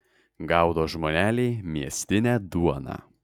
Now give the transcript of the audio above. gaudo žmoneliai miestinę duoną